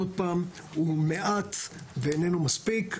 עוד פעם, הוא מעט ואיננו מספיק.